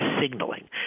signaling